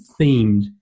themed